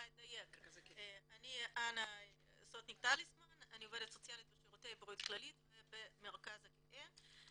אני עובדת סוציאלית בשירותי בריאות כללית ובמרכז הגאה.